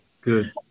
Good